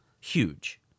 huge